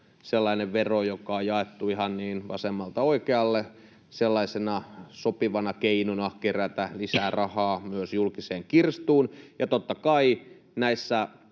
sellainen vero, joka on jaettu ihan vasemmalta oikealle sellaisena sopivana keinona kerätä lisää rahaa myös julkiseen kirstuun. Ja totta kai näissä